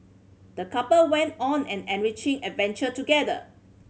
the couple went on an enriching adventure together